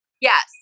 Yes